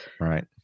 right